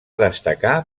destacar